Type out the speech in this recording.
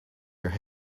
their